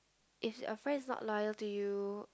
if there's a friends not lie to you